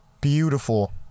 beautiful